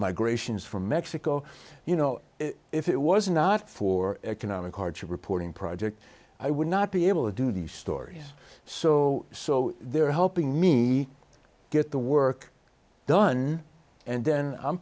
migrations from mexico you know if it was not for economic hardship reporting project i would not be able to do these stories so so they're helping me get the work done and then i'm